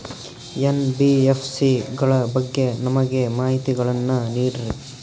NBFC ಗಳ ಬಗ್ಗೆ ನಮಗೆ ಮಾಹಿತಿಗಳನ್ನ ನೀಡ್ರಿ?